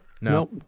no